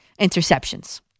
interceptions